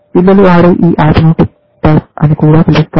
పిల్లలు ఆడే ఈ ఆటను టిక్ టాక్ అని కూడా పిలుస్తారు